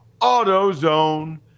AutoZone